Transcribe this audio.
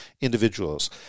individuals